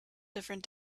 different